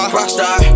rockstar